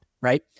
right